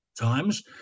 times